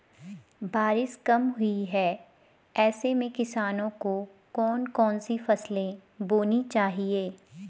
बारिश कम हुई है ऐसे में किसानों को कौन कौन सी फसलें बोनी चाहिए?